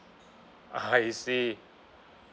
I see